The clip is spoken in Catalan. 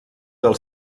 del